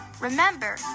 remember